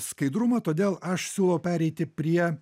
skaidrumą todėl aš siūlau pereiti prie